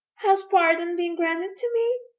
has pardon been granted to me?